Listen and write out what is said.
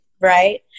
right